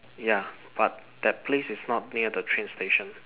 ya but that place is not near the train station